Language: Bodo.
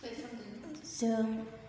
जों